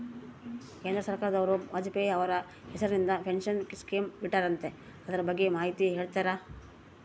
ಕೇಂದ್ರ ಸರ್ಕಾರದವರು ವಾಜಪೇಯಿ ಅವರ ಹೆಸರಿಂದ ಪೆನ್ಶನ್ ಸ್ಕೇಮ್ ಬಿಟ್ಟಾರಂತೆ ಅದರ ಬಗ್ಗೆ ಮಾಹಿತಿ ಹೇಳ್ತೇರಾ?